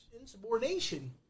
insubordination